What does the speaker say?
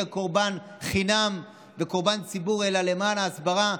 קורבן חינם וקורבן ציבור אלא למען ההסברה,